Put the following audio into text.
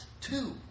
two